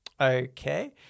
Okay